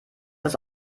das